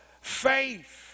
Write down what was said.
Faith